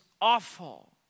awful